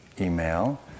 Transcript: email